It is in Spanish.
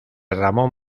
ramón